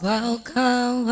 Welcome